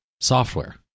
software